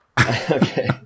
Okay